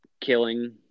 killing